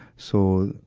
so,